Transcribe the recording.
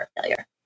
failure